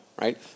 right